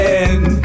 end